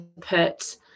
put